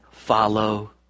Follow